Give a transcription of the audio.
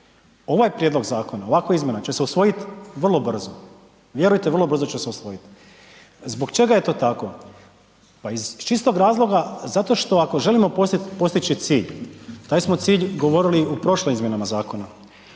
ovaj Prijedlog zakona, ovakva izmjena će se usvojit vrlo brzo, vjerujte vrlo brzo će se usvojit. Zbog čega je to tako? Pa iz čistog razloga zato što ako želimo postići cilj, taj smo cilj govorili u prošlim izmjenama zakona,